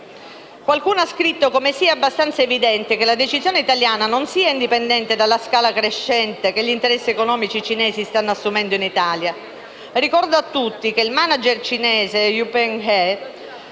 Qualcuno ha scritto come sia abbastanza evidente che la decisione italiana non sia indipendente dalla scala crescente che gli interessi economici cinesi stanno assumendo in Italia. Ricordo a tutti che il *manager* cinese, Yunpeng He,